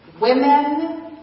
women